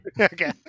Okay